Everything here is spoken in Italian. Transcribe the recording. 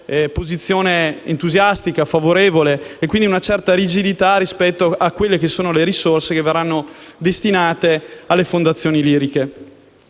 posizione entusiastica e favorevole e una certa rigidità rispetto alle risorse che verranno destinate alle fondazioni liriche.